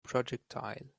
projectile